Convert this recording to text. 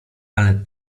ale